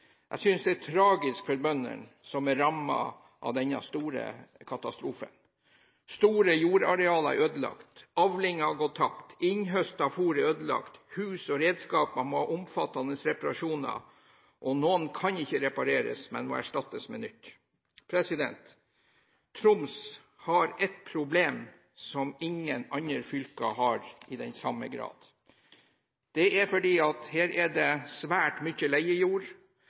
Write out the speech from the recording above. denne store katastrofen. Store jordarealer er ødelagt, avlinger har gått tapt, innhøstet fôr er ødelagt og hus og redskaper må ha omfattende reparasjoner. Noe kan ikke repareres, men må erstattes med nytt. Troms har et problem som ingen andre fylker har i samme grad. Dette er fordi det er svært mye leiejord her, og reglene for egenandeler vedrørende naturskade innebærer en egenandel for den enkelte eiendom som er